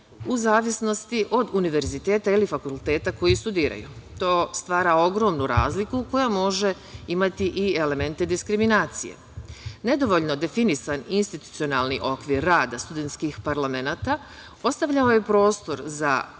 u zavisnosti od univerziteta ili fakulteta koji studiraju. To stvara ogromnu razliku, koja može imati i elemente diskriminacije. Nedovoljno definisan institucionalni okvir rada studentskih parlamenata ostavljao je prostor za